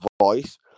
voice